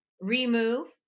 remove